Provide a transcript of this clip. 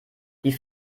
die